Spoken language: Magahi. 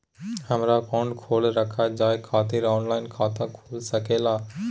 हमारा अकाउंट खोला रखा जाए खातिर ऑनलाइन खाता खुल सके ला?